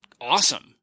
awesome